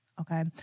okay